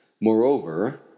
Moreover